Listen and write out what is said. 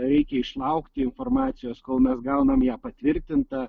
reikia išlaukti informacijos kol mes gaunam ją patvirtintą